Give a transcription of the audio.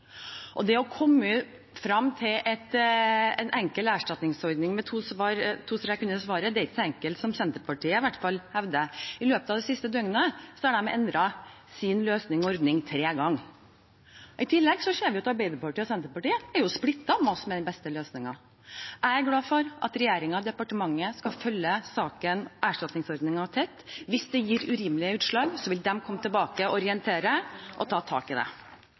dag. Det å komme frem til en enkel erstatningsordning med to streker under svaret er ikke så enkelt som Senterpartiet hevder. I løpet av det siste døgnet har de endret sin løsning og ordning tre ganger. I tillegg ser vi at Arbeiderpartiet og Senterpartiet er splittet når det gjelder hva som er den beste løsningen. Jeg er glad for at regjeringen og departementet skal følge saken og erstatningsordningen tett. Hvis det gir urimelige utslag, vil de komme tilbake og orientere og ta tak i det.